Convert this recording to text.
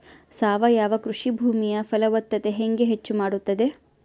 ಸಾವಯವ ಕೃಷಿ ಭೂಮಿಯ ಫಲವತ್ತತೆ ಹೆಂಗೆ ಹೆಚ್ಚು ಮಾಡುತ್ತದೆ?